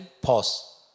pause